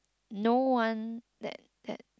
no one that that